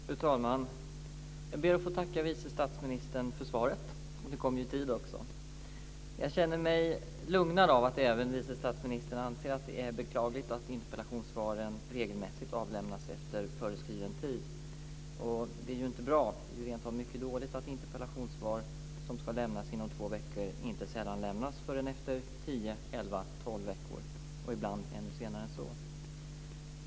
Fru talman! Jag ber att få tacka vice statsministern för svaret, och det kom ju i tid också. Jag känner mig lugnad av att även vice statsministern anser att det är beklagligt att interpellationssvaren regelmässigt avlämnas efter föreskriven tid. Och det är ju inte bra. Det är rent av mycket dåligt att interpellationssvar som ska lämnas inom två veckor inte sällan lämnas först efter tio, elva, tolv veckor och ibland senare än så.